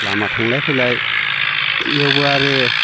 लामा थांलाय फैलाय इयावबो आरो